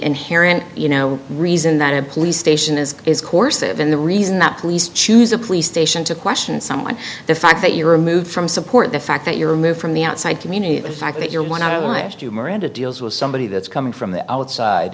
inherent you know reason that a police station is is coercive and the reason that police choose a police station to question someone the fact that you remove from support the fact that you're removed from the outside community the fact that you're one of the last to miranda deals with somebody that's coming from the outside